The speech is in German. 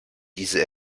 diese